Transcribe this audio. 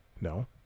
No